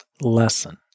lesson